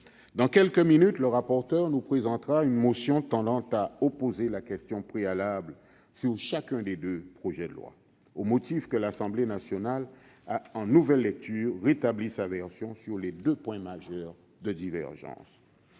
Dans quelques minutes, le rapporteur général nous présentera deux motions tendant à opposer la question préalable sur le projet de loi et sur le projet de loi organique, au motif que l'Assemblée nationale a, en nouvelle lecture, rétabli sa version sur les deux points majeurs de divergence.